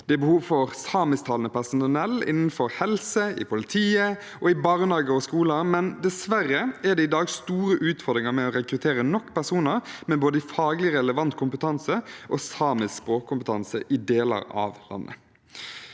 Det er behov for samisktalende personell innenfor helse, i politiet, i barnehager og i skoler. Men dessverre er det i dag store utfordringer med å rekruttere nok personer med både faglig relevant kompetanse og samisk språkkompetanse i deler av landet.